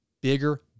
bigger